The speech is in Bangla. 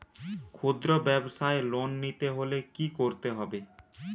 খুদ্রব্যাবসায় লোন নিতে হলে কি করতে হবে?